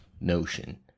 notion